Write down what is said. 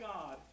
God